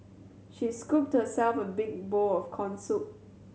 she scooped herself a big bowl of corn soup